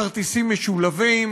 כרטיסים משולבים,